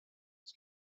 ich